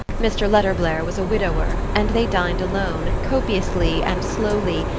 mr. letterblair was a widower, and they dined alone, copiously and slowly,